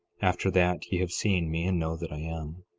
after that ye have seen me and know that i am.